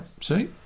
see